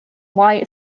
white